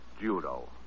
judo